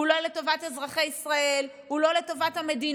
הוא לא לטובת אזרחי ישראל, הוא לא לטובת המדינה,